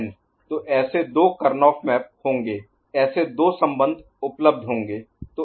तो ऐसे दो करनौह मैप होंगे ऐसे दो संबंध उपलब्ध होंगे